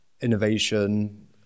innovation